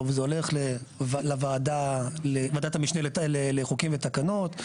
והוא הולך לוועדת המשנה לחוקים ותקנות,